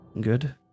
good